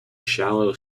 shallow